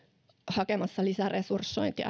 hakemassa lisäresursointia